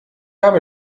habe